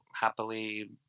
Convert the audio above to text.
happily